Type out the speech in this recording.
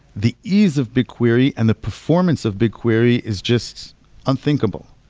the ease of bigquery and the performance of bigquery is just unthinkable.